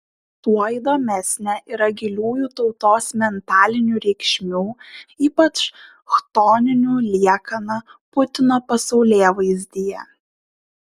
tuo įdomesnė yra giliųjų tautos mentalinių reikšmių ypač chtoninių liekana putino pasaulėvaizdyje